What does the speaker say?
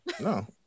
No